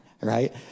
right